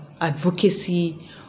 advocacy